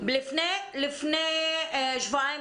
לפני שבועיים,